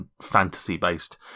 fantasy-based